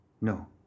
No